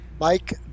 Mike